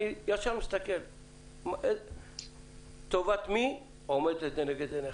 ישר אני מסתכל טובת מי עומדת לנגד עיניך.